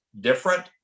different